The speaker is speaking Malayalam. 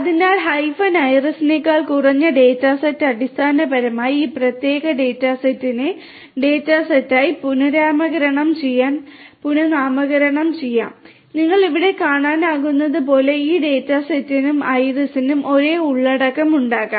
അതിനാൽ ഹൈഫൻ ഐറിസിനേക്കാൾ കുറഞ്ഞ ഡാറ്റ സെറ്റ് അടിസ്ഥാനപരമായി ഈ പ്രത്യേക ഡാറ്റ സെറ്റിനെ ഡാറ്റ സെറ്റായി പുനർനാമകരണം ചെയ്യും നിങ്ങൾക്ക് ഇവിടെ കാണാനാകുന്നതുപോലെ ഈ ഡാറ്റ സെറ്റിനും ഐറിസിനും ഒരേ ഉള്ളടക്കമുണ്ടാകും